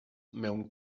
mewn